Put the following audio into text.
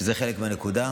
וזה חלק מהנקודה.